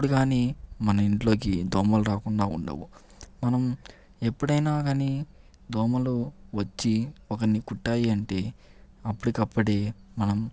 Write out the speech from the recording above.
అప్పుడు కానీ మన ఇంట్లోకి దోమలు రాకుండా ఉండవు మనం ఎప్పుడైనా కానీ దోమలు వచ్చి ఒకరిని కుట్టాయి అంటే అప్పటికప్పుడే మనం